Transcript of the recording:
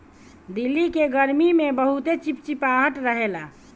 दिल्ली के गरमी में बहुते चिपचिपाहट रहेला